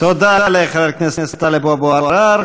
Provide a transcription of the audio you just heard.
תודה לחבר הכנסת טלב אבו עראר.